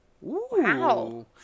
Wow